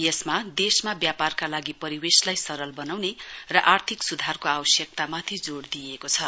यसमादेशमा व्यापारका लागि परिवेशलाई सरल बनाउनेर आर्थिक सुधारको आवश्यक्तामाथि जोड़ दिइएको छ